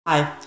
Hi